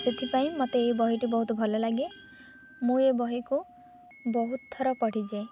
ସେଥିପାଇଁ ମୋତେ ଏ ବହିଟି ବହୁତ ଭଲ ଲାଗେ ମୁଁ ଏ ବହିକୁ ବହୁତ ଥର ପଢ଼ିଛି